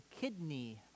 kidney